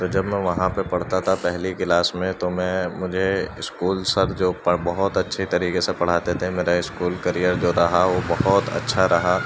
تو جب میں وہاں پہ پڑھتا تھا پہلی کلاس میں تو میں مجھے اسکول سر جو بہت اچھے طریقے سے پڑھاتے تھے میرا اسکول کیریئر جو رہا وہ بہت اچھا رہا